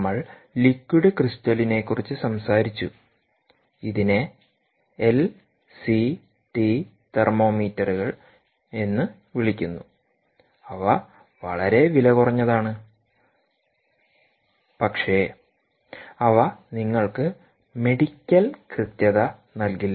നമ്മൾ ലിക്വിഡ് ക്രിസ്റ്റലിനെക്കുറിച്ച് സംസാരിച്ചു ഇതിനെ എൽസിടി തെർമോമീറ്ററുകൾ എന്ന് വിളിക്കുന്നു അവ വളരെ വിലകുറഞ്ഞതാണ് പക്ഷേ അവ നിങ്ങൾക്ക് മെഡിക്കൽ കൃത്യത നൽകില്ല